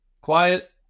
Quiet